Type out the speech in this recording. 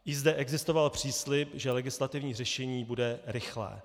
I zde existoval příslib, že legislativní řešení bude rychlé.